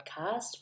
podcast